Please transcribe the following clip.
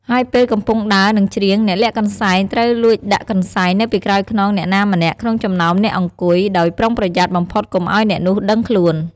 ហើយពេលកំពុងដើរ និងច្រៀង អ្នកលាក់កន្សែងត្រូវ លួចដាក់កន្សែង នៅពីក្រោយខ្នងអ្នកណាម្នាក់ក្នុងចំណោមអ្នកអង្គុយ ដោយប្រុងប្រយ័ត្នបំផុតកុំឱ្យអ្នកនោះដឹងខ្លួន។